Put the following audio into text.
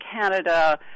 Canada